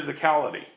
physicality